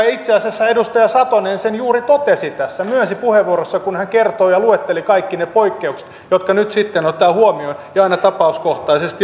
itse asiassa edustaja satonen sen juuri totesi tässä myönsi puheenvuorossaan kun hän kertoi ja luetteli kaikki ne poikkeukset jotka nyt sitten otetaan huomioon ja aina tapauskohtaisesti arvioidaan